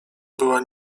była